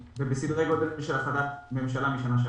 ובסדרי גודל כפי שהיה בהחלטת ממשלה בשנה שעברה.